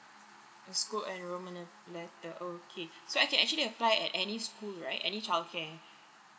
school enrollment letter okay so I can actually apply at any school right any childcare